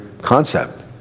concept